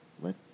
Let